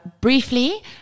briefly